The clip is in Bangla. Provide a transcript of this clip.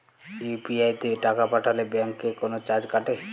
ইউ.পি.আই তে টাকা পাঠালে ব্যাংক কি কোনো চার্জ কাটে?